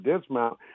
dismount